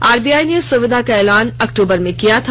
RBI ने इस सुविधा का एलान अक्टूबर में किया था